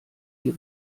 die